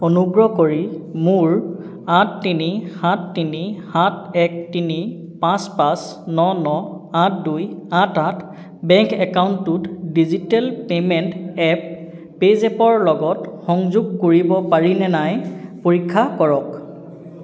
অনুগ্ৰহ কৰি মোৰ আঠ তিনি সাত তিনি সাত এক তিনি পাঁচ পাঁচ ন ন আঠ দুই আঠ আঠ বেংক একাউণ্টটোত ডিজিটেল পে'মেণ্ট এপ পে'জেপৰ লগত সংযোগ কৰিব পাৰিনে নাই পৰীক্ষা কৰক